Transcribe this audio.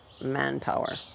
manpower